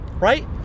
right